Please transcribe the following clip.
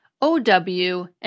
ow